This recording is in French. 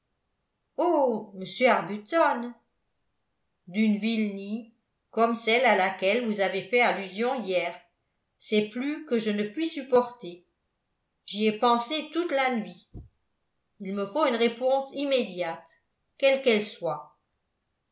oh monsieur arbuton d'une vilenie comme celle à laquelle vous avez fait allusion hier c'est plus que je ne puis supporter j'y ai pensé toute la nuit il me faut une réponse immédiate quelle qu'elle soit